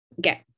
get